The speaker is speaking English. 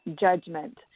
judgment